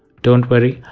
don't worry,